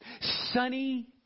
sunny